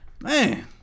man